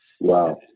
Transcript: Wow